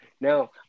now